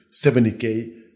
70K